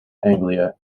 anglia